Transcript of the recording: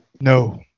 No